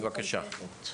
בבקשה.